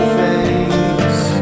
face